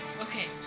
okay